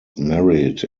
married